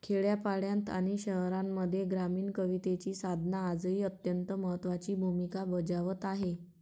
खेड्यापाड्यांत आणि शहरांमध्ये ग्रामीण कवितेची साधना आजही अत्यंत महत्त्वाची भूमिका बजावत आहे